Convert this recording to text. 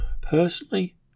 personally